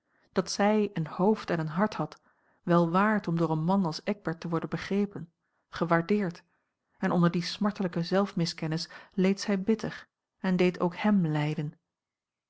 dat zij een hoofd en een hart had wel waard om door een man als eckbert te worden begrepen gewaardeerd en onder die smartelijke zelfmiskennis leed zij bitter en deed ook hem lijden